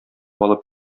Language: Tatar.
алып